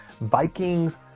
Vikings